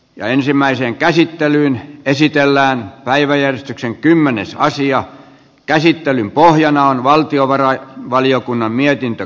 ensimmäiseen käsittelyyn esitellään päiväjärjestyksen kymmenessä asian käsittelyn pohjana on valtiovarainvaliokunnan mietintö